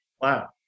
wow